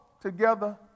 together